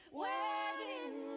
wedding